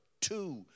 two